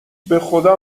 بخدا